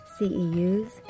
CEUs